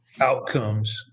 outcomes